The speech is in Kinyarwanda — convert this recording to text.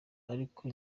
ariko